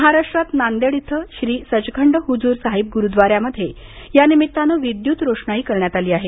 महाराष्ट्रात नांदेड इथं श्री सचखंड हुजूर साहिब गुरुद्वा यामध्ये या निमित्त विद्युत रोषणाई करण्यात आली आहे